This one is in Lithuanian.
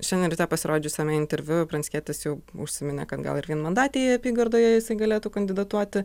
šiandien ryte pasirodžiusiame interviu pranckietis jau užsiminė kad gal ir vienmandatėje apygardoje jisai galėtų kandidatuoti